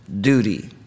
duty